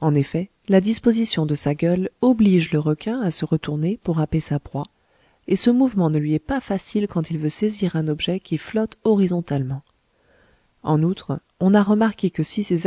en effet la disposition de sa gueule oblige le requin à se retourner pour happer sa proie et ce mouvement ne lui est pas facile quand il veut saisir un objet qui flotte horizontalement en outre on a remarqué que si